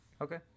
okay